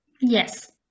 Yes